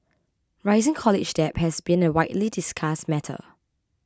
rising college debt has been a widely discussed matter